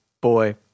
boy